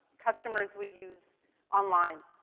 customers would use online.